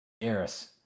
Eris